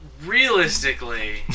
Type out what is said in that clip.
Realistically